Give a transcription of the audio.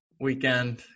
weekend